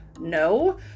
no